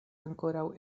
ankoraŭ